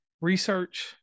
research